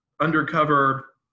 undercover